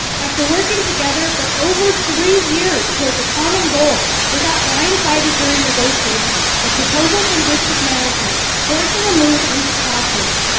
after working together for over three years towards a common goal, we got blind sided from negotiations, a proposal from district management forcing a move and to calpers.